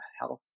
health